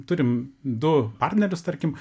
turim du partnerius tarkim